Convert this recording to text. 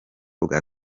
bwa